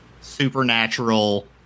supernatural